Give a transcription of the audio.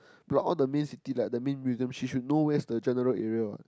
but all the main city like that mean we should know where's the general area [what]